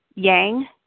yang